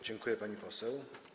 Dziękuję, pani poseł.